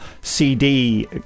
CD